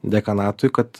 dekanatui kad